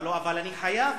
אבל אני חייב,